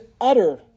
utter